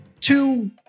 Two